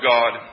God